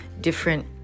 different